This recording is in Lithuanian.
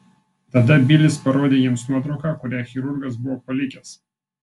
tada bilis parodė jiems nuotrauką kurią chirurgas buvo palikęs